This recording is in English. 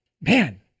Man